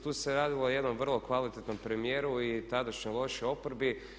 Tu se radilo o jednom vrlo kvalitetnom premijeru i tadašnjoj lošoj oporbi.